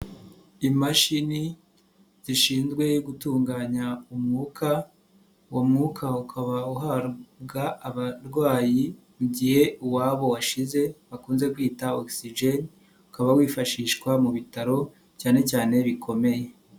Imashini zishinzwe gutunganya umwuka uwo mwuka ukaba uhabwa abarwayi mu gihe uwabo washize bakunze kwita ogisijeni ukaba wifashishwa mu bitaro cyane cyane bikomeye.